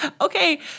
Okay